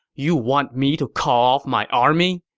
you want me to call my army?